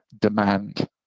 demand